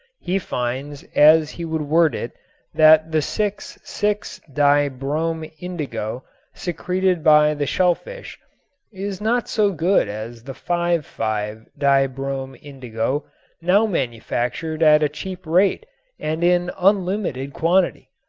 he finds as he would word it that the six six di-brom indigo secreted by the shellfish is not so good as the five five di-brom indigo now manufactured at a cheap rate and in unlimited quantity.